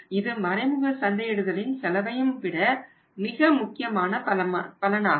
இது மறைமுக சந்தையிடுதலின் செலவையும்விட மிக முக்கியமான பலனாகும்